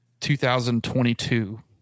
2022